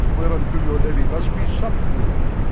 whereunto your levy must be supplyant.